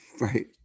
right